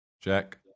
Jack